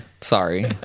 Sorry